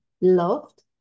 loved